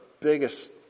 biggest